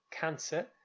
cancer